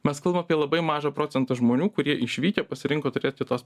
mes kalbam apie labai mažą procentą žmonių kurie išvykę pasirinko turėt kitos